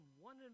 one